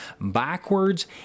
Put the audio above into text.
backwards